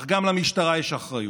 אך גם למשטרה יש אחריות.